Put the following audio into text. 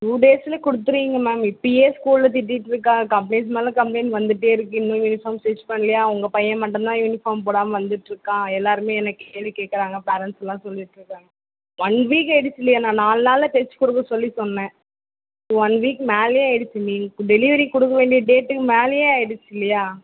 two டேஸில் கொடுத்துருவீங்க ma'am இப்பயே ஸ்கூலில் திட்டிகிட்ருக்காங்க கம்ப்ளைண்ட் மேலே கம்ப்ளைண்ட் வந்துகிட்டே இருக்குது இன்னும் யூனிஃபார்ம் ஸ்டிச் பண்ணலையா உங்கள் பையன் மட்டும்தான் யூனிஃபார்ம் போடாமல் வந்துகிட்ருக்கான் எல்லாேருமே என்ன கேள்வி கேட்குறாங்க பேரண்ட்ஸெலாம் சொல்லிகிட்ருக்காங்க ஒன் வீக் ஆகிடிச்சி இல்லையா நான் நாலு நாளில் தைச்சி கொடுக்க சொல்லி சொன்னேன் இப்போ ஒன் வீக் மேலேயே ஆகிடிச்சி நீங்கள் டெலிவரி கொடுக்க வேண்டிய டேட்டுக்கு மேலேயே ஆகிடிச்சி இல்லையா